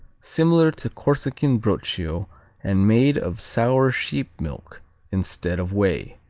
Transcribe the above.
similar to corsican broccio and made of sour sheep milk instead of whey.